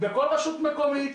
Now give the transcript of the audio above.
בכל רשות מקומית,